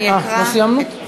לא סיימנו?